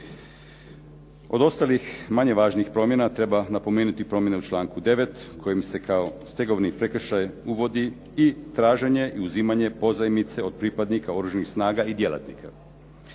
Od ostalih manje važnih promjena treba napomenuti promjene u članku 9. kojim se kao stegovni prekršaj uvodi i traženje i uzimanje pozajmice od pripadnika Oružanih snaga i djelatnika.